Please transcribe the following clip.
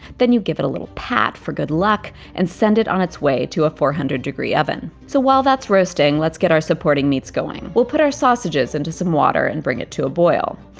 then you give it a little pat for good luck and send it on its way to a four hundred degree oven. so while that's roasting, let's get our supporting meats going. we'll put our sausages into some water and bring it to a boil.